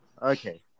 Okay